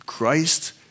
Christ